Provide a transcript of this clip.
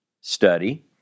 study